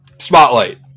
Spotlight